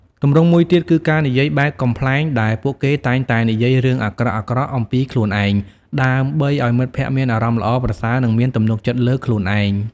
ទម្រង់មួយទៀតគឺការនិយាយបែបកំប្លែងដែលពួកគេតែងតែនិយាយរឿងអាក្រក់ៗអំពីខ្លួនឯង ដើម្បីឱ្យមិត្តភក្តិមានអារម្មណ៍ល្អប្រសើរនិងមានទំនុកចិត្តលើខ្លួនឯង។